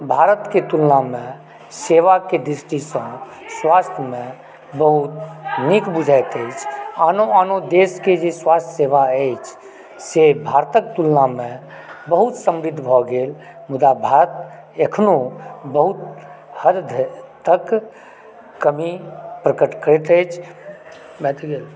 भारतके तुलनामे सेवाके दृष्टिसँ स्वास्थ्यमे बहुत नीक बुझाइत अछि आनो आनो देशके जे स्वास्थ्य सेवा अछि से भारतके तुलनामे बहुत समृद्ध भऽ गेल मुदा भारत एखनो बहुत हद धरि तक कमी प्रकट करैत अछि